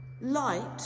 light